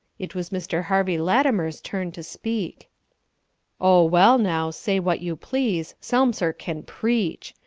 it was mr. harvey latimer's turn to speak oh, well now, say what you please, selmser can preach.